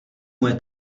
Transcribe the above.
moje